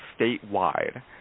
statewide